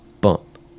Bump